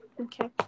okay